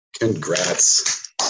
Congrats